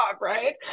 right